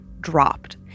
dropped